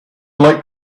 like